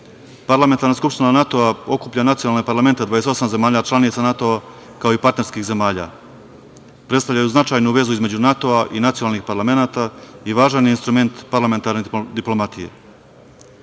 Parlamentarna skupština NATO-a okuplja nacionalne parlamente, 28 zemalja članica NATO-a, kao i partnerskih zemalja. Predstavljaju značajnu vezu između NATO-a i nacionalnih parlamenata i važan je instrument parlamentarne diplomatije. Srbija